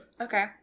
Okay